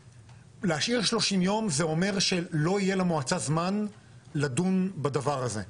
להשאיר 30 ימים זה אומר שלא יהיה למועצה זמן לדון בדבר הזה.